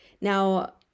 now